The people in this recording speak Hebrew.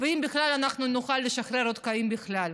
אם בכלל נוכל לשחרר אותך, אם בכלל,